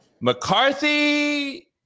McCarthy